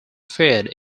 fared